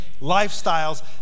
lifestyles